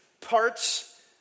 parts